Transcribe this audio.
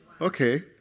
Okay